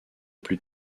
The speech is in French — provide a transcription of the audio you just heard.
plus